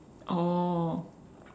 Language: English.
oh